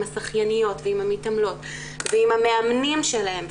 השחייניות ועם המתעמלות ועם המאמנים שלהם,